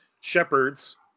shepherds